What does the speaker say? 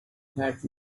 had